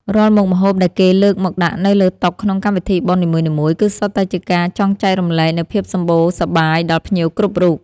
រាល់មុខម្ហូបដែលគេលើកមកដាក់នៅលើតុក្នុងកម្មវិធីបុណ្យនីមួយៗ គឺសុទ្ធតែជាការចង់ចែករំលែកនូវភាពសម្បូរសប្បាយដល់ភ្ញៀវគ្រប់រូប។